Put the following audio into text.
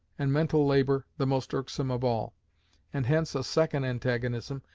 and mental labour the most irksome of all and hence a second antagonism,